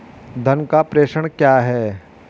धन का प्रेषण क्या है?